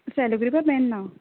Cello gripper pen ना